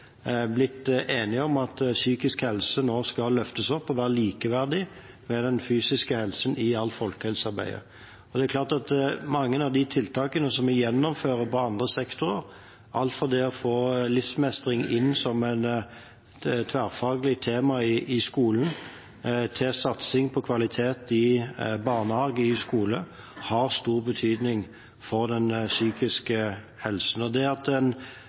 blitt enige om at psykisk helse nå skal løftes opp og være likeverdig med den fysiske helsen i alt folkehelsearbeidet. Det er klart at mange av de tiltakene som vi gjennomfører i andre sektorer, alt fra det å få livsmestring inn som et tverrfaglig tema i skolen til satsing på kvalitet i barnehage og i skole, har stor betydning for den psykiske helsen. Og det at en